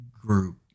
group